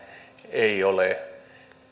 ei ole